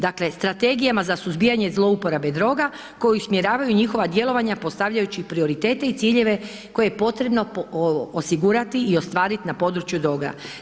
Dakle strategijama za suzbijanje zlouporabe droge koji usmjeravaju njihova djelovanja postavljajući prioritete i ciljeve koje je potrebno osigurati i ostvarit na području droga.